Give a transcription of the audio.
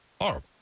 Horrible